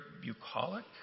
bucolic